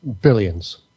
billions